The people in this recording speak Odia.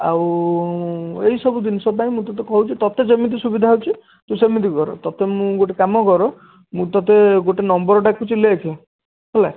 ଆଉ ଏଇ ସବୁ ଜିନିଷ ପାଇଁ ମୁଁ ତୋତେ କହୁଛି ତୋତେ ଯେମିତି ସୁବିଧା ହେଉଛି ତୁ ସେମିତି କର ତୋତେ ମୁଁ ଗୋଟେ କାମ କର ମୁଁ ତୋତେ ଗୋଟେ ନମ୍ବର୍ ଡାକୁଛି ଲେଖ ହେଲା